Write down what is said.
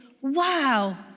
wow